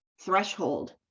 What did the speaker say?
Threshold